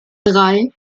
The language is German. drei